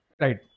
Right